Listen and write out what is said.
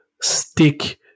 stick